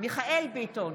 מיכאל מרדכי ביטון,